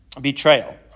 betrayal